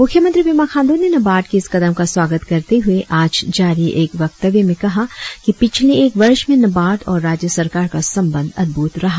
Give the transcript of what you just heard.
मुख्यमंत्री पेमा खांड्र ने नाबार्ड के इस कदम का स्वागत करते हुए आज जारी एक वक्तव्य में कहा की पिछले एक वर्ष मे नाबार्ड और राज्य सरकार का संबंध अदभुत रहा